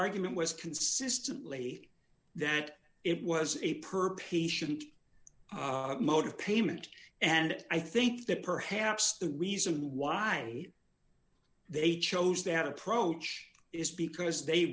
argument was consistently that it was a per patient mode of payment and i think that perhaps the reason why they chose that approach is because they